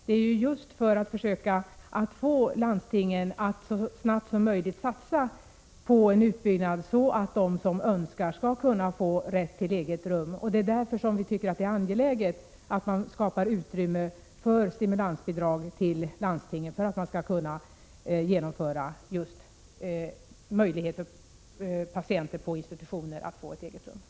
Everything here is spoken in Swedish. Det är just för att få landstingen att så snabbt som möjligt satsa på en utbyggnad, så att de som önskar skall kunna få rätt till eget rum, som vi tycker att det är angeläget att man skapar utrymme för stimulansbidrag till landstingen, just för att man skall kunna ge möjligheten för patienter på institutioner att få ett eget rum.